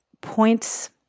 points